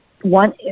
One